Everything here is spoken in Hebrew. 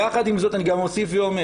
יחד עם זאת אני גם אוסיף ואומר,